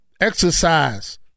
exercise